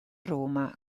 roma